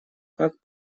как